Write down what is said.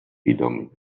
dominant